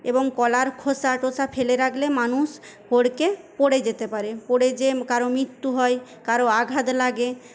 এবং কলার খোসা টোসা ফেলে রাখলে মানুষ হড়কে পড়ে যেতে পারে পড়ে যেয়ে কারো মৃত্যু হয় কারোর আঘাত লাগে